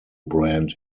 brand